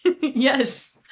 Yes